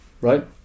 right